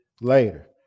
later